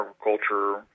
agriculture